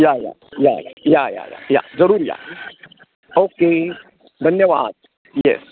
या या या या या या या या जरूर या ओके धन्यवाद येस